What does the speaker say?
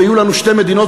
ושיהיו פה שתי מדינות,